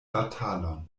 batalon